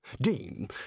Dean